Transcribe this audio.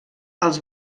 els